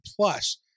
Plus